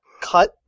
cut